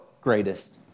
greatest